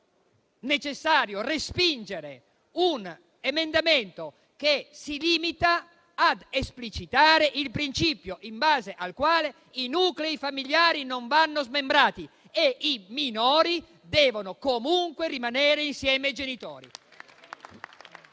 necessario respingere un emendamento che si limita a esplicitare il principio in base al quale i nuclei familiari non vanno smembrati e i minori devono comunque rimanere insieme ai genitori.